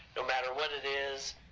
no matter what it is